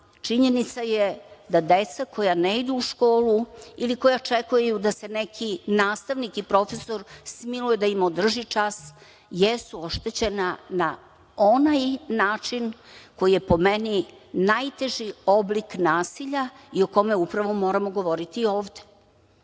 činjenica je da deca koja ne idu u školu ili koja čekaju da se neki nastavnik i profesor smiluje da im održi čas jesu oštećena, na onaj način koji je, po meni, najteži oblik nasilja i o kome upravo moramo govoriti ovde. Ono